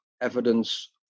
evidence